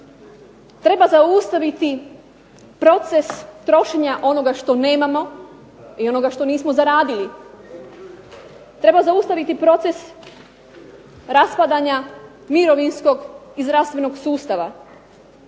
Treba zaustaviti proces trošenja onoga što nemamo i onoga što nismo zaradili. Treba zaustaviti proces raspadanja mirovinskog i zdravstvenog sustava.